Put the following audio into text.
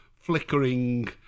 flickering